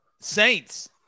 Saints